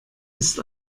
ist